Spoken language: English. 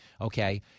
Okay